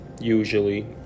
usually